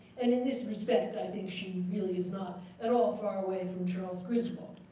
and in this respect, i think she really is not at all far away from charles griswold.